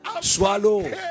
Swallow